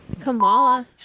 kamala